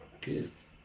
kids